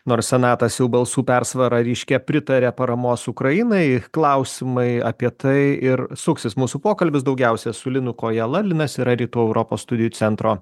nors senatas jau balsų persvara ryškia pritaria paramos ukrainai klausimai apie tai ir suksis mūsų pokalbis daugiausiai su linu kojala linas yra rytų europos studijų centro